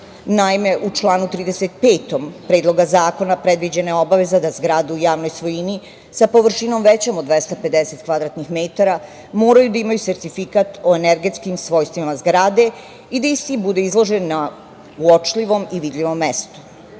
vlasti. Naime, u članu 35. Predloga zakona, predviđena je obaveza da zgrade u javnoj svojini sa površinom većom od 250 kvadratnih metara moraju da imaju sertifikat o energetskim svojstvima zgrade i da isti budu izloženi na uočljivom i vidljivom